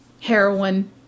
heroin